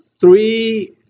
three